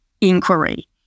inquiry